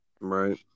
Right